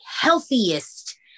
healthiest